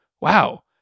wow